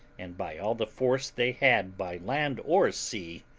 and by all the force they had by land or sea.